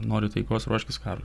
nori taikos ruoškis karui